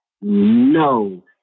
no